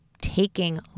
taking